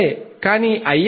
కానీ ix V1 V22